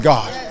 God